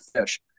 fish